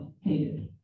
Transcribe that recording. hated